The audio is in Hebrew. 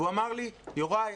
והוא אמר לי: יוראי,